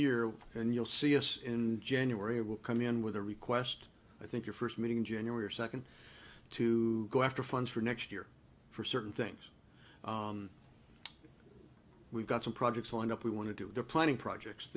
year and you'll see us in january will come in with a request i think your first meeting in january or second to go after funds for next year for certain things we've got some projects lined up we want to do deplaning projects